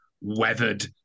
weathered